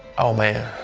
oh, man.